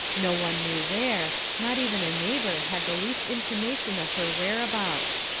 no one knew where not even a neighbour had the least intimation of her whereabouts.